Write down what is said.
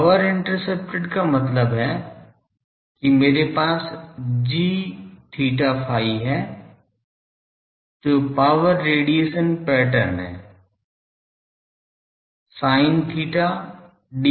power intercepted का मतलब है कि मेरे पास gθϕ है जो पावर रेडिएशन पैटर्न है sin theta d theta d phi